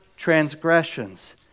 transgressions